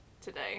today